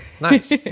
Nice